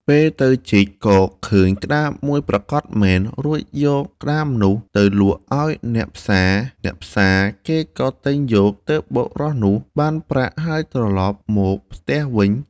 ពេលជីកទៅក៏ឃើញក្ដាមមួយប្រាកដមែន រួចយកក្ដាមនោះទៅលក់ឲ្យអ្នកផ្សារៗគេក៏ទិញយក ទើបបុរសនោះបានប្រាក់ហើយត្រឡប់មកផ្ទះវិញ ។